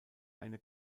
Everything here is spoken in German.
eine